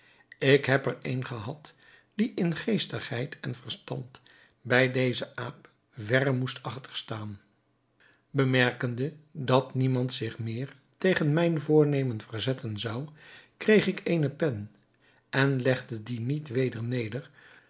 ik heb er een gehad die in geestigheid en verstand bij dezen aap verre moest achterstaan bemerkende dat niemand zich meer tegen mijn voornemen verzetten zou kreeg ik eene pen en legde die niet weder neder